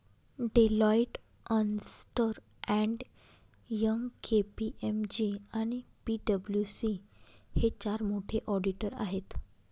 Deloitte, अस्न्टर and Young, KPMG आणि पी.डब्ल्यू.सी हे चार मोठे ऑडिटर आहेत